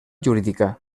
jurídica